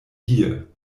hier